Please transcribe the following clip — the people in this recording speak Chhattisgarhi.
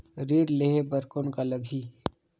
ऋण लेहे बर कौन का लगही?